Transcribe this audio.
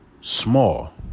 small